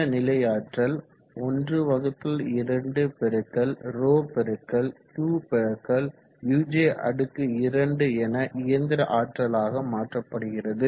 இந்த நிலைஆற்றல் 12 ρQuj2 என இயந்திர ஆற்றலாக மாற்றப்படுகிறது